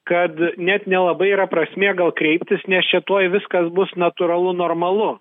kad net nelabai yra prasmė gal kreiptis nes čia tuoj viskas bus natūralu normalu